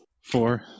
Four